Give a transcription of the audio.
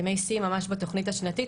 ימי שיא ממש בתוכנית השנתית.